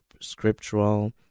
scriptural